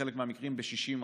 בחלק מהמקרים ב-60%.